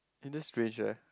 in this strange eh